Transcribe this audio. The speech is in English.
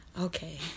Okay